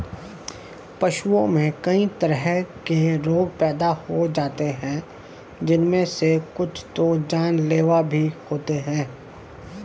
पशुओं में कई तरह के रोग पैदा हो जाते हैं जिनमे से कुछ तो जानलेवा भी होते हैं